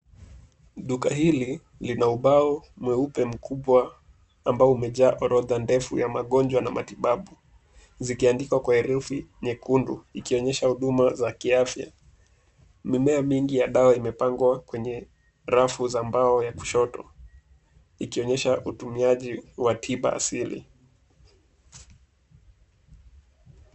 Duka hili, lina ubao mweupe mkubwa ambao umejaa orodha ndefu ya magonjwa na matibabu. Zikiandikwa kwa herufi nyekundu, ikionyesha huduma za kiafya. Mimea mingi ya dawa imepangwa kwenye rafu za mbao ya kushoto, ikionyesha utumiaji wa tiba asili.